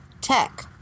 tech